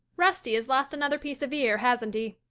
rusty has lost another piece of ear, hasn't he?